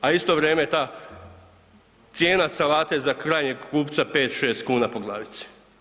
A u isto vrijeme je ta cijena salate za krajnjeg kupca 5, 6 kn po glavici.